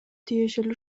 тиешелүү